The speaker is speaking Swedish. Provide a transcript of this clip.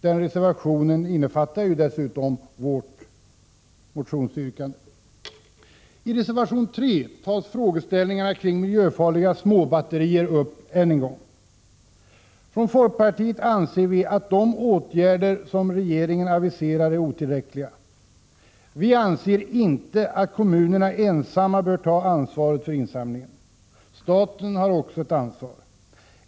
Den reservationen innefattar dessutom vårt motionsyrkande. I reservation 3 tas frågeställningarna kring miljöfarliga småbatterier upp än en gång. Från folkpartiet anser vi att de åtgärder som regeringen aviserar är otillräckliga. Vi anser inte att kommunerna ensamma bör ta ansvaret för insamlingen. Staten har också ett ansvar.